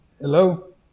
Hello